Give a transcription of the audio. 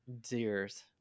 Deers